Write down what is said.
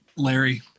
Larry